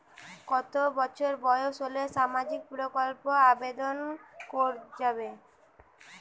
কত বছর বয়স হলে সামাজিক প্রকল্পর আবেদন করযাবে?